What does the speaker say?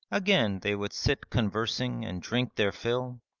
again they would sit conversing and drink their fill,